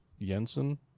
Jensen